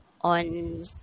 on